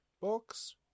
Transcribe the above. books